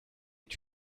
est